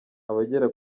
abagera